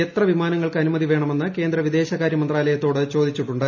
എത്ര വിമാനങ്ങൾക്ക് അനുമതി വേണമെന്ന് കേന്ദ്ര വിദേശകാര്യ മന്ത്രാലയത്തോട് ചോദിച്ചിട്ടുണ്ട്